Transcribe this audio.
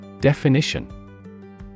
Definition